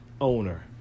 owner